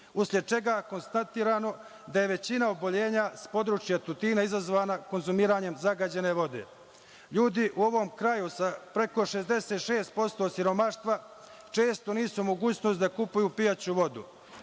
usled čega je konstatovano da je većina oboljenja s područja Tutina izazvana konzumiranjem zagađene vode. Ljudi u ovom kraju sa preko 66% siromaštva često nisu u mogućnosti da kupuju pijaću vodu.